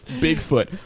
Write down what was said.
bigfoot